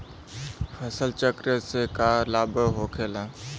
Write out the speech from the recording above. फसल चक्र से का लाभ होखेला?